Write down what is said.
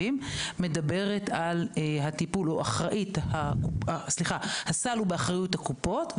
או את אותו כסף שמשלמים בקופות החולים,